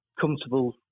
comfortable